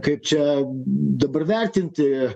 kaip čia dabar vertinti